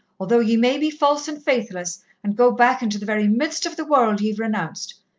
although ye may be false and faithless and go back into the very midst of the world ye've renounced.